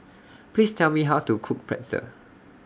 Please Tell Me How to Cook Pretzel